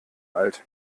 alt